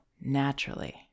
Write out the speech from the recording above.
naturally